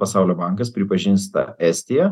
pasaulio bankas pripažns tą estiją